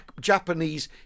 Japanese